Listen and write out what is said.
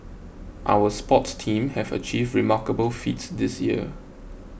our sports teams have achieved remarkable feats this year